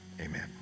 Amen